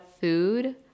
food